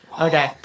Okay